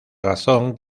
razón